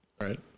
Right